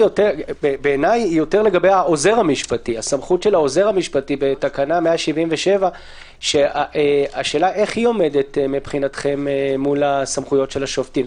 בעיניי זה יותר הסמכויות של העוזר המשפטי בתקנה 177. השאלה איך היא עומדת מבחינתכם מול הסמכויות של השופטים.